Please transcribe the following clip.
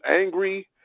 angry